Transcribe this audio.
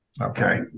Okay